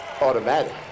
Automatic